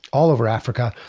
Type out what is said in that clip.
all over africa,